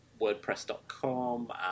WordPress.com